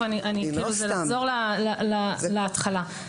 אני אחזור להתחלה.